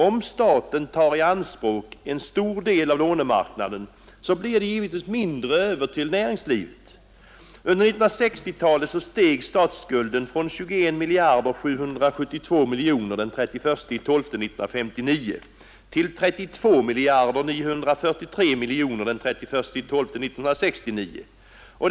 Om staten tar i anspråk en stor del av lånemarknaden blir det givetvis mindre över till näringslivet. Under 1960-talet steg statsskulden från 21 miljarder 772 miljoner den 31 december 1959 till 32 miljarder 943 miljoner den 31 december 1969.